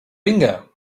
vinga